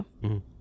-hmm